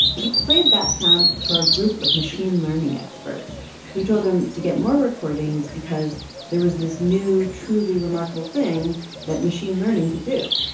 he played that sound for a group of machine learning experts who told him to get more recordings because there was this new, truly remarkable thing that machine learning could do.